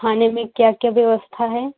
खाने में क्या क्या व्यवस्था है